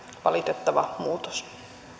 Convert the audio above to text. valitettava muutos